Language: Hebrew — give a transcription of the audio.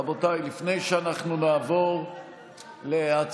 רבותיי, לפני שאנחנו נעבור להצבעות,